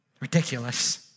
Ridiculous